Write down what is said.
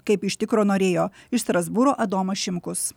kaip iš tikro norėjo iš strasbūro adomas šimkus